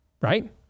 Right